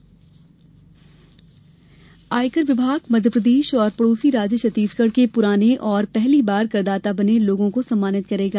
आयकर विभाग आयकर विभाग मध्यप्रदेश और पड़ोसी राज्य छत्तीसगढ़ के प्राने और पहली बार करदाता बने लोगों को सम्मानित करेगा